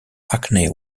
hackney